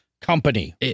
company